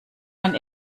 man